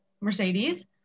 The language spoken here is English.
Mercedes